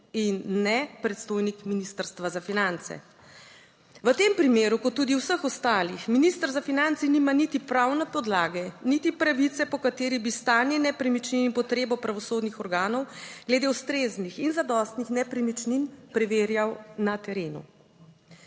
in ne predstojnik Ministrstva za finance. V tem primeru, kot tudi vseh ostalih, minister za finance nima niti pravne podlage niti pravice, po kateri bi stanje nepremičnin in potrebo pravosodnih organov glede ustreznih in zadostnih nepremičnin preverjal na terenu.